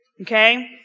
Okay